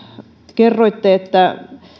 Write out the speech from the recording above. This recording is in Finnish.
kerroitte että